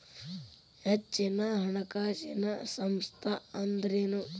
ಹೆಚ್ಚಿನ ಹಣಕಾಸಿನ ಸಂಸ್ಥಾ ಅಂದ್ರೇನು?